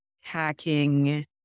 hacking